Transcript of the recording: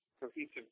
cohesive